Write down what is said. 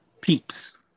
peeps